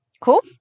Cool